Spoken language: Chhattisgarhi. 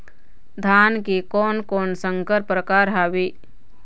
धान के कोन कोन संकर परकार हावे?